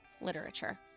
literature